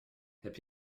heb